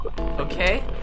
Okay